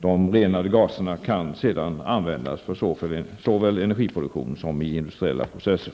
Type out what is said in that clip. De renade gaserna kan sedan användas såväl för energiproduktion som i industriella processer.